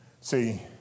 See